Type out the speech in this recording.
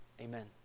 Amen